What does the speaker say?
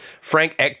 Frank